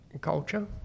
culture